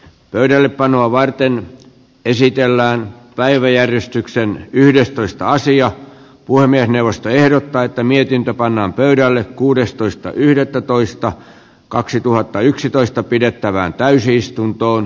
pöydällepanoa varten esitellään päiväjärjestyksen yhdestoista sija puhemiesneuvosto ehdottaa että mietintä pannaan pöydälle kuudestoista yhdettätoista kaksituhattayksitoista pidettävään täysistuntoon